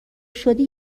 شدی